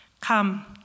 Come